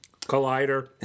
Collider